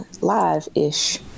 live-ish